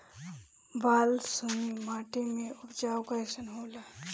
बालसुमी माटी मे उपज कईसन होला?